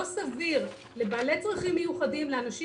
לא סביר לבעלי צרכים מיוחדים,